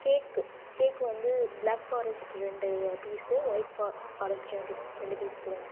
கேக்கு cake வந்து black forest ரெண்டு piece white ஃபா ஃபாரஸ்ட் ரெண்டு ரெண்டு பீஸ் கொடுங்க